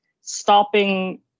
stopping